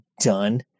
done